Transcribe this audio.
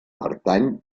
pertany